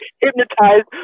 hypnotized